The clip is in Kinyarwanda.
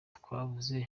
twavuze